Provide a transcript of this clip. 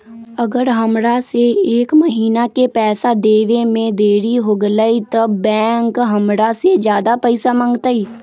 अगर हमरा से एक महीना के पैसा देवे में देरी होगलइ तब बैंक हमरा से ज्यादा पैसा मंगतइ?